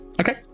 Okay